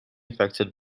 affected